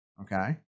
Okay